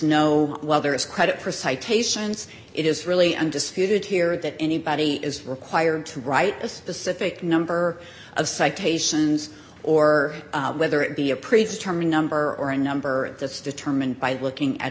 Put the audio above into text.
no whether it's credit for citations it is really undisputed here that anybody is required to write a specific number of citations or whether it be appraised terming number or a number that's determined by looking at